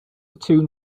tune